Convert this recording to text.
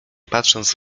patrząc